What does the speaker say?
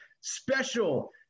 special